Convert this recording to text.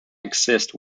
exist